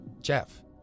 Jeff